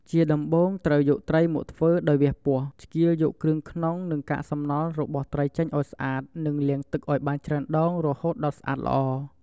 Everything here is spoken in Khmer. ជាដំបូង ត្រូវយកត្រីមកធ្វើដោយវះពោះ ឆ្កៀលយកគ្រឿងក្នុងនិងកាកសំណល់របស់ត្រីចេញឱ្យស្អាតនិងលាងទឹកអោយបានច្រើនដងរហូតដល់ស្អាតល្អ។